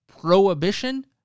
prohibition